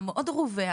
הרווח מאוד,